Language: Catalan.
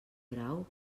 grau